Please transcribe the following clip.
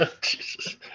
Jesus